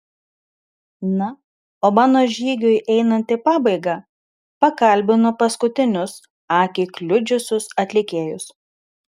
na o mano žygiui einant į pabaigą pakalbinu paskutinius akį kliudžiusius atlikėjus